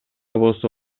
болсо